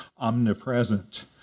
omnipresent